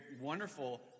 wonderful